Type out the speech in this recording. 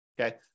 Okay